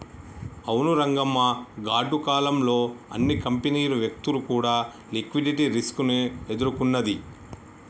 అవును రంగమ్మ గాడ్డు కాలం లో అన్ని కంపెనీలు వ్యక్తులు కూడా లిక్విడిటీ రిస్క్ ని ఎదుర్కొన్నది